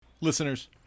Listeners